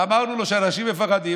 ואמרנו לו שאנשים מפחדים,